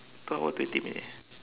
two hour twenty minutes